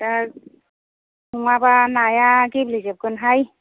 दा नङाबा नाया गेब्लेजोबगोन हाय